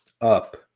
up